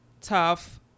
tough